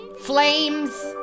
Flames